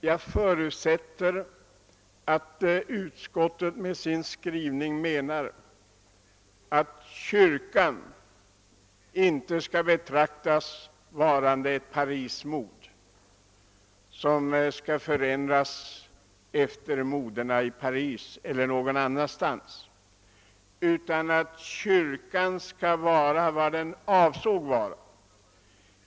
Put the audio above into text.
Jag förutsätter att utskottet med sin skrivning menar att kyrkan inte skall betraktas som ett Parismod som förändras efter moderna i Paris eller någon annanstans, utan att kyrkan skall vara vad den avsågs vara.